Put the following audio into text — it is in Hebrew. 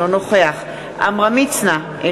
אינו נוכח עמרם מצנע,